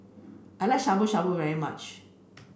I like Shabu Shabu very much